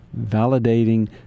validating